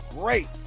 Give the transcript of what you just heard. great